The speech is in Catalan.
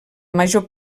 major